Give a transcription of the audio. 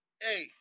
hey